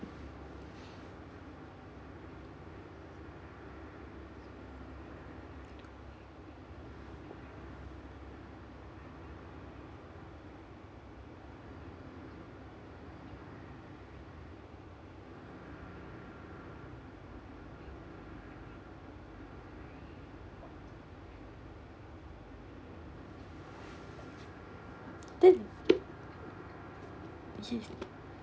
did yes